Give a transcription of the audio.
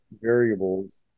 variables